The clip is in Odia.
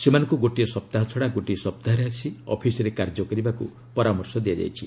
ସେମାନଙ୍କୁ ଗୋଟିଏ ସପ୍ତାହ ଛଡ଼ା ଗୋଟିଏ ସପ୍ତାହରେ ଆସି ଅଫିସରେ କାର୍ଯ୍ୟ କରିବାକୁ ପରାମର୍ଶ ଦିଆଯାଇଛି